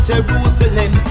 Jerusalem